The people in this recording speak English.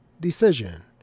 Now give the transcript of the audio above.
decision